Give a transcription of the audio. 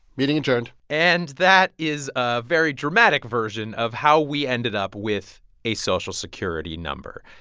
meeting adjourned and that is a very dramatic version of how we ended up with a social security number.